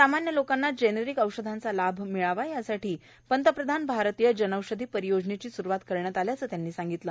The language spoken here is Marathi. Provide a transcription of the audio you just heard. सामान्य लोकांना जेनेरीक औषधांचा लाभ मिळावा यासाठी पंतप्रधान भारतीय जनौषधी परियोजनेची स्रुवात करण्यात आल्याचे त्यांनी सांगितले